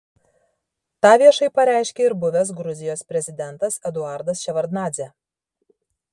tą viešai pareiškė ir buvęs gruzijos prezidentas eduardas ševardnadzė